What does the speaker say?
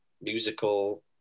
musical